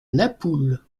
napoule